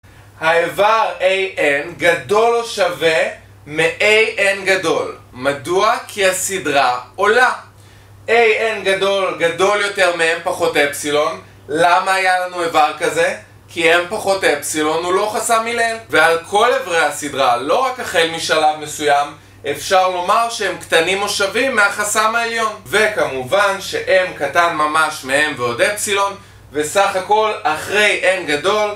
האיבר an גדול או שווה מ-an גדול, מדוע? כי הסדרה עולה. an גדול גדול יותר מ- m-ε, למה היה לנו איבר כזה? כי m פחות ε הוא לא חסם מלא ועל כל איברי הסדרה, לא רק החל משלב מסוים, אפשר לומר שהם קטנים או שווים מהחסם העליון וכמובן ש-m קטן ממש מ m+ε וסך הכל אחרי n גדול